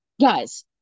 guys